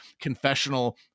confessional